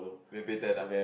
then you pay ten lah